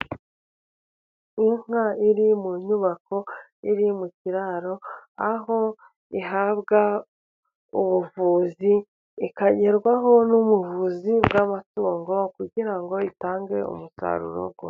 Inka iri mu nyubako, iri mu kiraro aho ihabwa ubuvuzi, ikagerwaho n'ubuvuzi bw'amatungo kugira ngo itange umusaruro.